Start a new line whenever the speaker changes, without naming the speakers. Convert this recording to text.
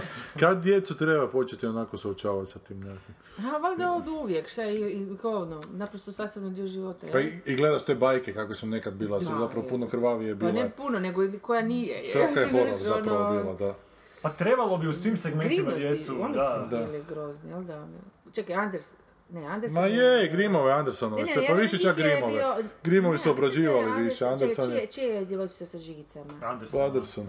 Kad djecu treba početi onako suočavati sa tim nekim?
A, valjda od uvijek, šta je i- i ko ono, naprosto sastavni dio života, jel?
Pa i- i gledaš te bajke kako su nekad bila, su
Ma,
zapravo
je.
puno krvavije
Pa ne
bile.
puno, nego i koja nije,
Sve
je.
oka je
Znaš,
horor zapravo
ono-
bila, da.
Pa trebalo bi u svim segmentima
Grimasi,
djecu,
oni su
da.
bili
Da.
grozni, jel da, ono. Čekaj, Anders- ne, Andersen
Ma
je-
je, Grimmove, Andersenove, sve, pa
Ne, ne,
više
njih
čak
je
Grimmove.
bio-
Grimmovi su
Ne, ali mislim da
obrađivali
je
više,
Andersen, čekaj,
Andersen je-
čije- čije je djevojčica sa žigicama?
Andersenova.
Po Andersenu.